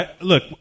look